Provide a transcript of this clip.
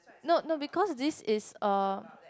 no no because this is a